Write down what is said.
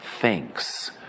thinks